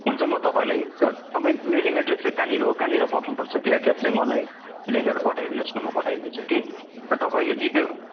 हुन्छ म तपाईँलाई तपाईँको मेलिङ एड्रेस कहाँनिर हो कहाँनिर पठाउनुपर्छ त्यो एड्रेस चाहिँ मलाई लेखेर पठाइदिनोस् न म पठाइदिन्छु कि अनि तपाईँले जिपे